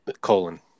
colon